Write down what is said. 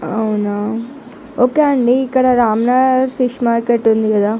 అవునా ఓకే అండి ఇక్కడ రామ్ నగర్ ఫిష్ మార్కెట్ ఉంది కదా